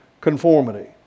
conformity